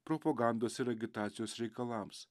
propagandos ir agitacijos reikalams